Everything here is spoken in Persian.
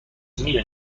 دونی